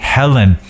Helen 。